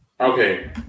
Okay